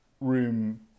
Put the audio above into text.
room